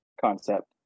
concept